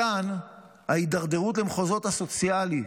מכאן ההידרדרות למחוזות הסוציאלי,